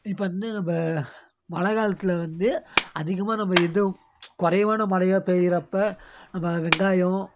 இப்போ வந்து நம்ம மழைக் காலத்தில் வந்து அதிகமாக நம்ம எதுவும் குறைவான மழையாக பேய்யுறப்ப நம்ம வெங்காயம்